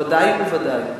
ודאי וודאי.